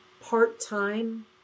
part-time